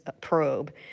probe